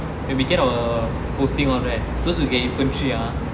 when we get our posting all right those who get infantry ah